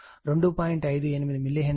58 millihenry వచ్చింది